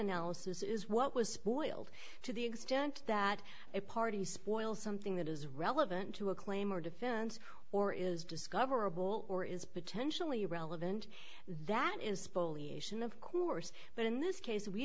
analysis is what was spoiled to the extent that a party spoils something that is relevant to a claim or defense or is discoverable or is potentially relevant that is spoliation of course but in this case we